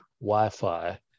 Wi-Fi